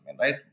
right